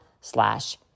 slash